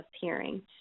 hearing